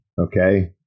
Okay